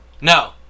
No